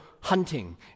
hunting